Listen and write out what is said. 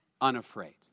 unafraid